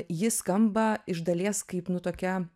ji skamba iš dalies kaip nu tokia